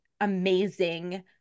amazing